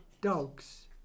dogs